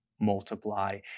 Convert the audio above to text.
multiply